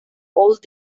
old